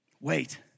Wait